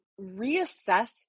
reassess